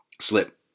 slip